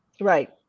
Right